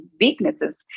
weaknesses